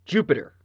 Jupiter